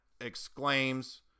exclaims